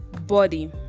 body